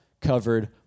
covered